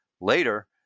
later